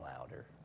louder